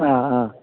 ആ ആ